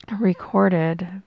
recorded